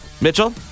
Mitchell